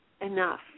enough